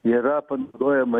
yra panaudojama